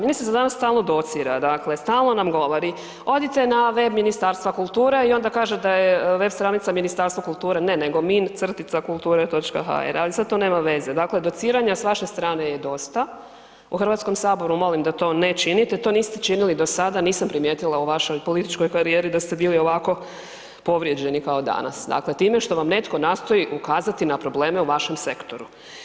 Ministrica danas stalno docira, dakle stalno nam govori odite na web Ministarstva kulture i onda kaže da je web stranica Ministarstvo kulture nego min-kulture.hr ali sada to nema veze, dakle dociranja s vaše strane je dosta u HS-u, molim da to ne činite, to niste činili do sada nisam primijetila u vašoj političkoj karijeri da ste bili ovako povrijeđeni kao danas, time što vam netko nastoji ukazati na probleme u vašem sektoru.